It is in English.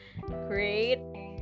Great